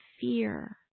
fear